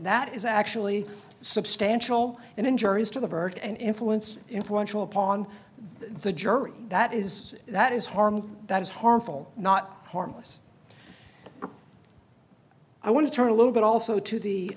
that is actually substantial and injurious to the hurt and influence influential upon the jury that is that is harmed that is harmful not harmless i want to turn a little bit also to the